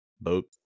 boat